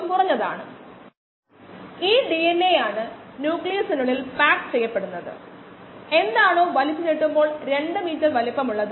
സാധാരണ വ്യവസായത്തിൽ കോശങ്ങളുടെ കേന്ദ്രീകൃത ലായനിയിൽ കോശങ്ങൾ ഉൾക്കൊള്ളുന്ന വോളിയമാണിത്